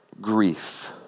grief